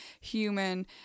human